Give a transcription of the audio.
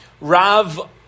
Rav